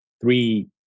three